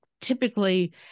typically